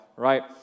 Right